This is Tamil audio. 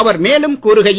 அவர் மேலும் கூறுகையில்